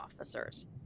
officers